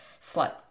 slut